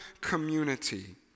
community